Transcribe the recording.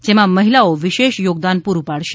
જેમાં મહિલાઓ વિશેષ યોગદાન પૂરું પાડશે